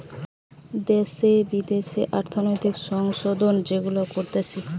দ্যাশে বিদ্যাশে অর্থনৈতিক সংশোধন যেগুলা করতিছে